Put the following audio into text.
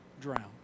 drown